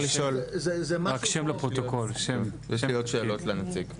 יש לי עוד שאלות לנציג.